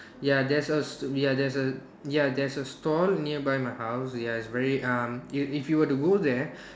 ya there's a ya there's a ya there's a stall nearby my house ya is very um if if you were to go there